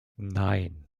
nein